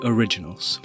Originals